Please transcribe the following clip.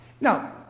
Now